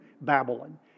Babylon